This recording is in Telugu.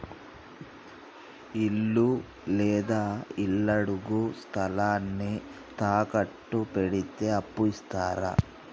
ఇల్లు లేదా ఇళ్లడుగు స్థలాన్ని తాకట్టు పెడితే అప్పు ఇత్తరా?